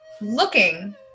looking